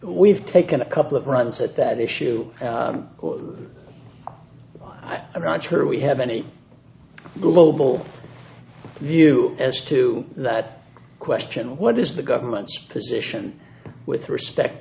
we've taken a couple of runs at that issue who i'm not sure we have any global view as to that question what is the government's position with respect